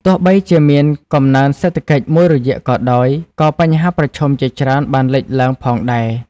ទោះបីជាមានកំណើនសេដ្ឋកិច្ចមួយរយៈក៏ដោយ ក៏បញ្ហាប្រឈមជាច្រើនបានលេចឡើងផងដែរ។